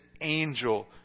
angel